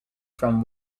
from